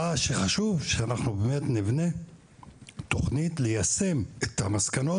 מה שחשוב שאנחנו באמת נבנה תכנית ליישם את המסקנות